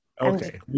okay